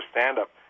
stand-up